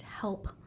help